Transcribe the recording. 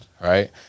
Right